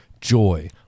joy